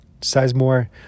Sizemore